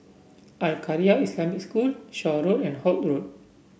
Al Khairiah Islamic School Shaw Road and Holt Road